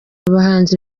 abahanzi